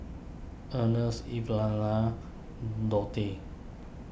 Earnest Evelina Donte